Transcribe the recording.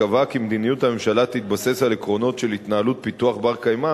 קבעה כי מדיניות הממשלה תתבסס על עקרונות של התנהלות פיתוח בר-קיימא,